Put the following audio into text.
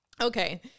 Okay